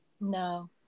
No